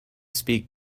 speak